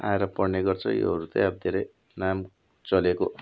आएर पढ्ने गर्छ योहरू चैँ धेरै नाम चलेको